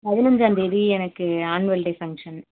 பதினஞ்சாம்தேதி எனக்கு annual day function